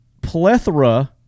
plethora